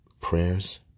prayers